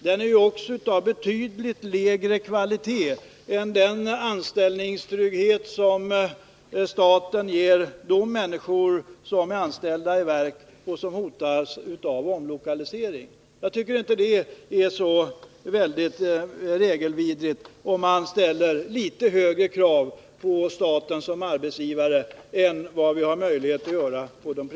Den har också en betydligt lägre kvalitet än den anställningstrygghet som staten ger de människor som är anställda i verk som hotas av omlokalisering. Jag tycker inte det är så regelvidrigt om man ställer litet högre krav på staten som arbetsgivare än vad vi har möjligheter att ställa på ,